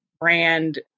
brand